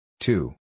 Two